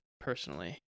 personally